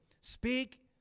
Speak